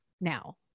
now